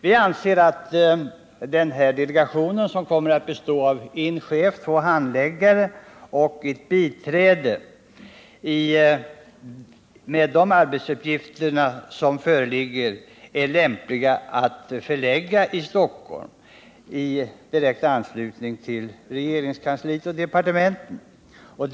Vianseratt delegationen, som kommer att bestå av en chef, en handläggare och ett biträde, med de arbetsuppgifter som föreligger lämpligen bör förläggas till Stockholm i direkt anslutning till regeringskansliet och departementen.